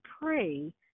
pray